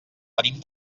venim